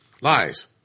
Lies